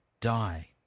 die